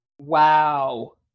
wow